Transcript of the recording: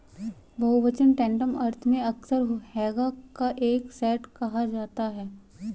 बहुवचन टैंटम अर्थ में अक्सर हैगा का एक सेट कहा जाता है